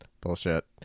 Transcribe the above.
bullshit